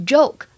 Joke